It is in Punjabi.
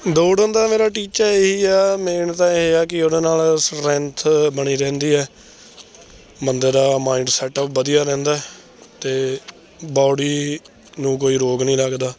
ਦੌੜਨ ਦਾ ਮੇਰਾ ਟੀਚਾ ਇਹੀ ਆ ਮੇਨ ਤਾਂ ਇਹ ਆ ਕਿ ਉਹਦੇ ਨਾਲ ਸਟ੍ਰੈਂਥ ਬਣੀ ਰਹਿੰਦੀ ਹੈ ਬੰਦੇ ਦਾ ਮਾਇੰਡ ਸੈਟਅੱਪ ਵਧੀਆ ਰਹਿੰਦਾ ਅਤੇ ਬੌਡੀ ਨੂੰ ਕੋਈ ਰੋਗ ਨਹੀਂ ਲੱਗਦਾ